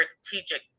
strategic